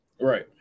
Right